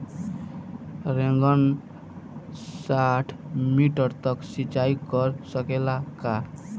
Rain gun साठ metre तक सिचाई कर सकेला का?